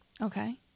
Okay